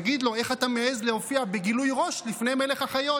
נגיד לו: איך אתה מעז להופיע בגילוי ראש לפני מלך החיות?